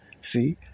see